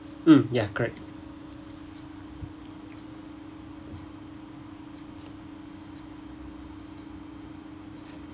mm ya correct